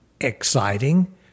exciting